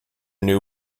new